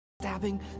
Stabbing